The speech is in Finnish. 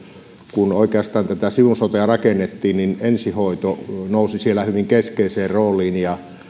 kun siun sotea rakennettiin ensihoito nousi oikeastaan hyvin keskeiseen rooliin